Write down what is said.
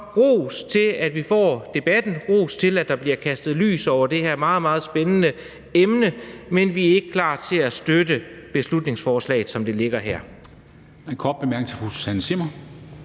ros til, at vi får debatten, ros til, at der bliver kastet lys over det her meget, meget spændende emne; men vi er ikke klar til at støtte beslutningsforslaget, som det ligger her.